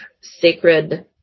sacred